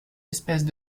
espèces